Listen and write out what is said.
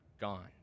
gone